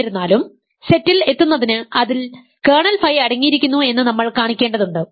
എന്നിരുന്നാലും സെറ്റിൽ എത്തുന്നതിന് അതിൽ കേർണൽ ഫൈ അടങ്ങിയിരിക്കുന്നു എന്ന് നമ്മൾ കാണിക്കേണ്ടതുണ്ട്